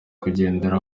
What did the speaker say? kugendera